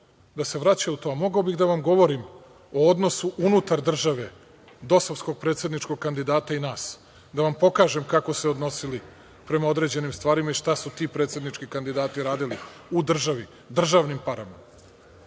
da se vraća u to, mogao bih da vam govorim o odnosu unutar države dosovskog predsedničkog kandidata i nas, da vam pokažem kako su se odnosili prema određenim stvarima i šta su ti predsednički kandidati radili u državi državnim parama,